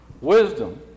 Wisdom